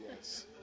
Yes